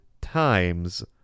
times